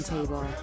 Table